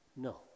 No